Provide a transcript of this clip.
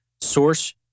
source